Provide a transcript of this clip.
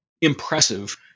impressive